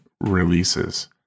releases